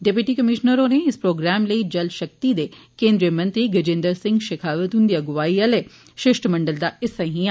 deputy commissioner होर इस programme लेई जल शक्ति दे केंद्री मंत्री गजेंद्र सिंह शिखावत हुंदी अगुवाई आह्ले शिष्टमंडल दा हिस्सा हियां